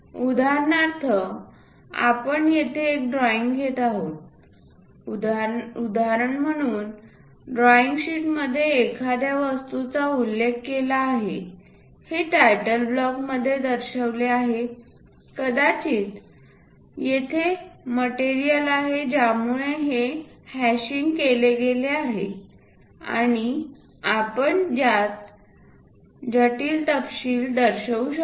उदाहरणार्थ आपण येथे एक ड्रॉईंग घेत आहोत उदाहरण म्हणून ड्रॉईंग शीट मध्ये एखाद्या वस्तूचा उल्लेख केला आहे हे टायटल ब्लॉक मध्ये दर्शविले आहे कदाचित तेथे मटेरियल आहे ज्यामुळे येथे हॅशिंग केले गेले आहे आणि आपण त्यात जटिल तपशील दर्शवू शकतो